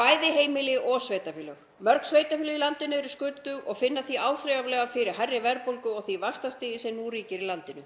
bæði heimili og sveitarfélög. Mörg sveitarfélög í landinu eru skuldug og finna því áþreifanlega fyrir hærri verðbólgu og því vaxtastigi sem nú ríkir í landinu.